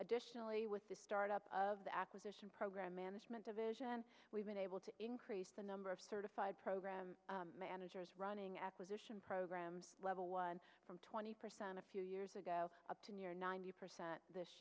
additionally with the start up of the acquisition program management division we've been able to increase the number of certified program managers running acquisition program level one from twenty percent a few years ago up to near ninety percent this